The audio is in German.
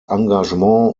engagement